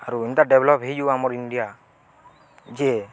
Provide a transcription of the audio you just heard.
ଆରୁ ଏନ୍ତା ଡ଼େଭଲପ୍ ହେଇଯିବ ଆମର ଇଣ୍ଡିଆ ଯେ